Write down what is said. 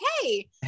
Hey